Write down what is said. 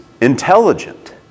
intelligent